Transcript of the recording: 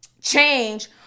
change